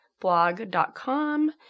blog.com